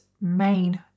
main